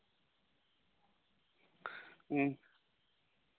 ᱦᱩᱸ